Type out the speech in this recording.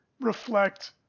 reflect